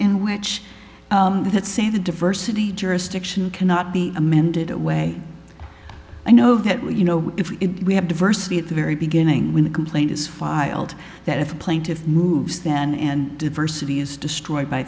in which it say the diversity jurisdiction cannot be amended away i know that you know if we have diversity at the very beginning when a complaint is filed that if a plaintiff moves then and diversity is destroyed by